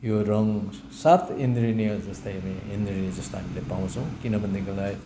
यो रङ सात इन्द्रेनी जस्तै इन्द्रेनी जस्तो हामी पाउँछौँ किनभनदेखिलाई